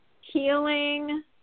healing